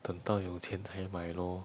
等到有钱才买 lor